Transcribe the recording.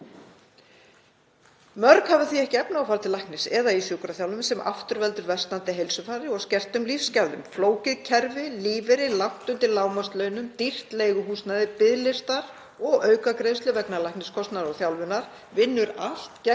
Mörg hafa því ekki efni á að fara til læknis eða í sjúkraþjálfun, sem aftur veldur versnandi heilsufari og skertum lífsgæðum. Flókið kerfi, lífeyrir langt undir lágmarkslaunum, dýrt leiguhúsnæði, biðlistar og aukagreiðslur vegna lækniskostnaðar og þjálfunar vinnur allt gegn